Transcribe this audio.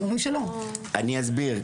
אני אסביר.